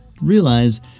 realize